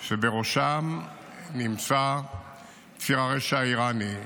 שבראשן נמצא ציר הרשע האיראני.